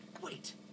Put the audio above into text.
Wait